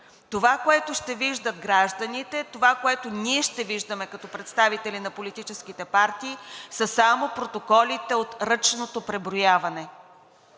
Това, което ще виждат гражданите, това, което ние ще виждаме като представители на политическите партии, са само протоколите от ръчното преброяване.